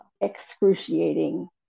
excruciating